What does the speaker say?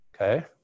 okay